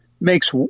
makes